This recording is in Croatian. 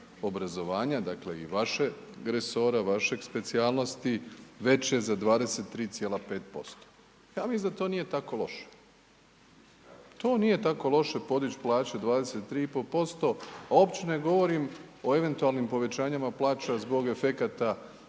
obrazovanja, dakle i vašeg resora, vaše specijalnosti, veće za 23,5%, ja mislim da to nije tako loše, to nije tako loše podić plaće 23,5%, a opće ne govorim o eventualnim povećanjima plaća zbog efekata